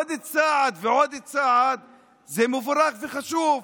עוד צעד ועוד צעד זה מבורך וחשוב.